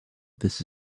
this